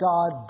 God